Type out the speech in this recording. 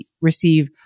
receive